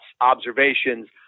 observations